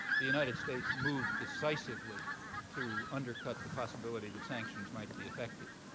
the united states moved decisively to undercut the possibility that sanctions might be effective.